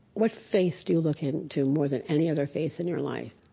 what face do you look into more than any other face in your life?